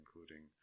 including